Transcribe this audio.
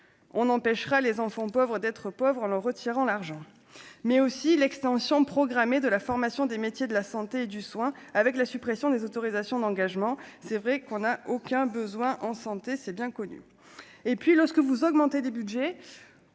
n'empêchera les enfants pauvres d'être pauvre en leur retirant l'argent mais aussi l'extension programmée de la formation des métiers de la santé et du soin, avec la suppression des autorisations d'engagement, c'est vrai qu'on n'a aucun besoin en santé, c'est bien connu et puis lorsque vous augmentez des Budgets,